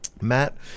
Matt